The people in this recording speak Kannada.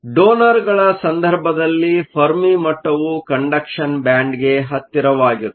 ಡೋನರ್ಗಳ ಸಂದರ್ಭದಲ್ಲಿ ಫೆರ್ಮಿ ಮಟ್ಟವು ಕಂಡಕ್ಷನ್ ಬ್ಯಾಂಡ್ಗೆ ಹತ್ತಿರವಾಗುತ್ತದೆ